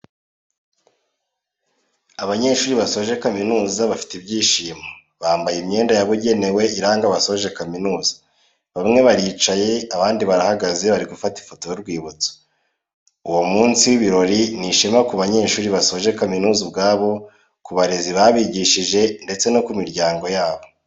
Abanyeshuri basoje kaminuza bafite ibyishimo, bambaye imyenda yabugenewe iranga abasoje kaminuza, bamwe baricaye abandi barahagaze bari gufata ifoto y'urwibutso, uwo munsi w'ibirori, ni ishema ku banyeshuri basoje kaminuza ubwabo, ku barezi babigishije ndetse no ku miryango yabo.